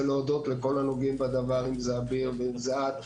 להודות לכל הנוגעים בדבר - אם זה אביר ואם זו את,